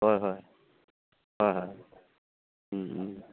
হয় হয় হয় হয়